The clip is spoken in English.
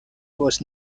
was